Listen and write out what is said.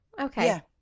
Okay